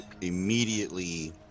immediately